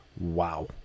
wow